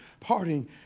partying